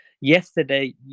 yesterday